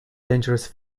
dangerous